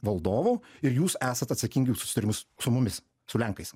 valdovu ir jūs esat atsakingi už susitarimus su mumis su lenkais